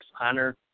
honor